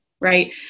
Right